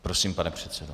Prosím, pane předsedo.